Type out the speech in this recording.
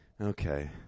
okay